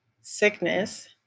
sickness